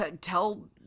Tell